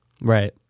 right